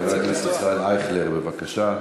עמדת בזמן ועמדת בהבטחה.